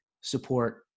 support